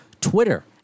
Twitter